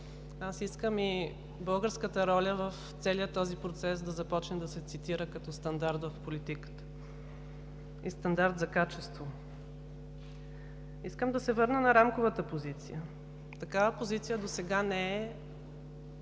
Аз искам и българската роля в целия този процес да започне да се цитира като стандарт в политиката и стандарт за качество. Искам да се върна на Рамковата позиция. Такава позиция досега не е